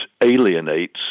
alienates